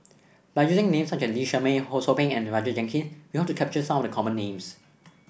by using names such as Lee Shermay Ho Sou Ping and Roger Jenkins we hope to capture some of the common names